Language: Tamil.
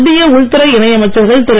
மத்திய உள்துறை இணை அமைச்சர்கள் திரு